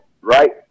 right